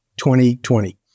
2020